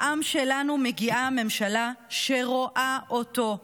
לעם שלנו מגיעה ממשלה שרואה אותו,